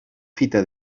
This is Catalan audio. fita